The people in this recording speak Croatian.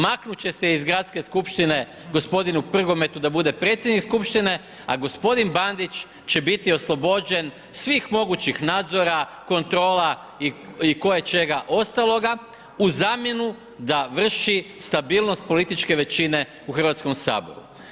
Maknut će se iz gradske skupštine gospodinu Prgometu da bude predsjednik Skupštine, a gospodin Bandić će biti oslobođen svih mogućih nadzora, kontrola i koječega ostaloga u zamjenu da vrši stabilnost političke većine u Hrvatskom saboru.